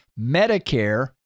Medicare